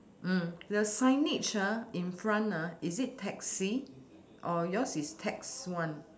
mm the signage ah in front uh is it taxi or yours is tax one